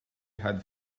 had